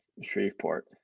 Shreveport